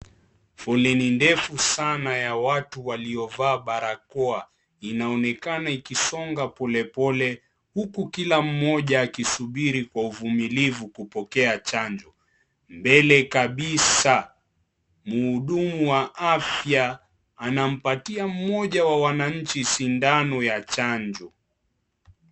Foleni ndefu sana ya watu waliovaa barakoa inaonekana ikisonga polepole huku kila mmoja akisubiri kwa uvumilivu kupokea chanjo. Mbele kabisa, mhudumu wa afya anampatia mmoja wa wananchi sindano ya chanjo.